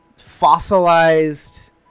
fossilized